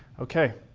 okay,